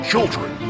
Children